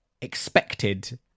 expected